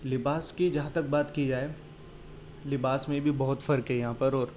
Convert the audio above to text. لباس کی جہاں تک بات کی جائے لباس میں بھی بہت فرق ہے یہاں پر اور